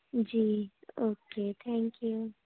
G okay thank you